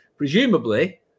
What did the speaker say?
Presumably